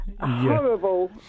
horrible